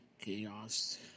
Chaos